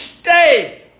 stay